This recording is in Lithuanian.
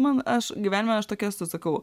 man aš gyvenime aš tokia esu sakau